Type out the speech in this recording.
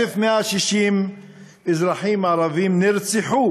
1,160 אזרחים ערבים נרצחו